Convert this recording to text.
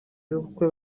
y’ubukwe